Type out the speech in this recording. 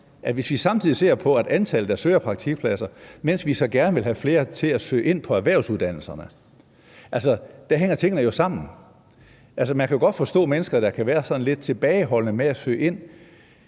hvis vi ser på antallet, der søger praktikpladser, mens vi samtidig gerne vil have flere til at søge ind på erhvervsuddannelserne, at tingene jo hænger sammen. Altså, man kan jo godt forstå mennesker, der kan være sådan lidt tilbageholdende med at søge ind